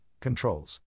controls